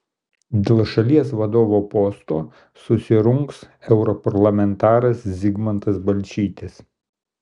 dėl šalies vadovo posto susirungs europarlamentaras zigmantas balčytis